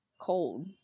cold